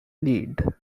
lead